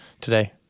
today